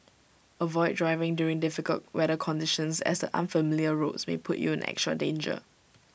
avoid driving during difficult weather conditions as the unfamiliar roads may put you in extra danger